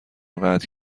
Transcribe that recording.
قطع